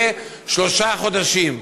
יהיה שלושה חודשים.